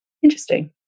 Interesting